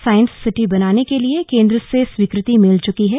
science city बनाने के लिए केन्द्र से स्वीकृति मिल चुकी है